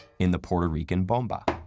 in the puerto rican bomba,